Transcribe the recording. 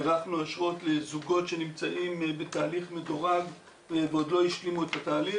הארכנו אשרות לזוגות שנמצאים בתהליך מדורג ועוד לא השלימו את התהליך.